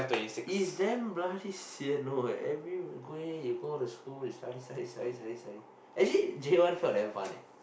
it's damn bloody sian no eh every go there you go the school it's study study study study study actually J one felt damn fun leh